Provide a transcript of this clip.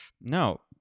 No